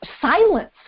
silence